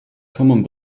common